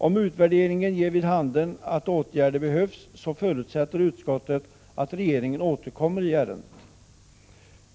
Om utvärderingen ger vid handen att åtgärder behövs förutsätter utskottet att regeringen återkommer i ärendet.